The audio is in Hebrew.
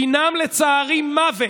דינם לצערי מוות,